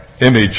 image